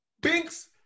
binks